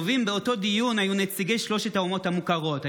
התובעים באותו דיון היו נציגי שלוש האומות המוכרות,